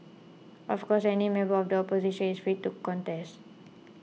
of course any member of the opposition is free to contest